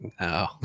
no